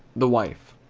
the wife.